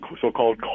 so-called